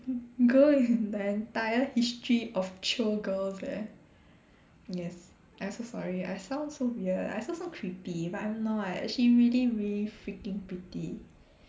girl in the entire history of chio girls leh yes I'm so sorry I sound so weird I sound so creepy but I'm not she really really freaking pretty